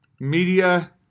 media